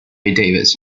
davis